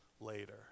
later